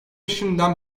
şimdiden